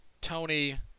Tony